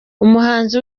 umuhanzi